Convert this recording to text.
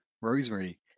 Rosemary